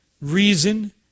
reason